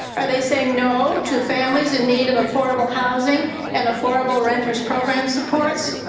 are they saying no to families in need of affordable housing and affordable renters program supports?